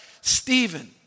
Stephen